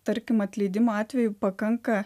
tarkim atleidimo atveju pakanka